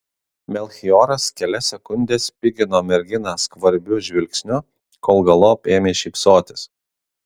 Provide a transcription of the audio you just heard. melchioras kelias sekundes spigino merginą skvarbiu žvilgsniu kol galop ėmė šypsotis